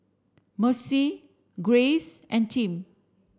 Mercer Grace and Tim